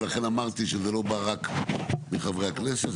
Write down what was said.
ולכן אמרתי שזה לא בא רק מחברי הכנסת,